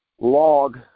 log